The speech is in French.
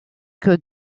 que